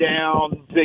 down